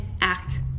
act